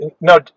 No